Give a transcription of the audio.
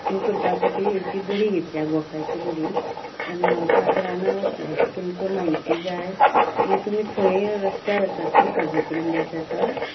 हें करपा आसा ती जी बडी घेतल्या गोखाची बडी आनी हांव पळय आतां रानांत वतलें तुमका म्हायती जाय म्हणजें तुमी थंय रस्त्यार आसात काजू कडेन बी अशें आसात